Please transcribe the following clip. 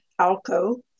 Alco